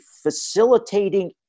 facilitating